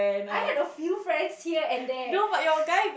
I had a few friends here and there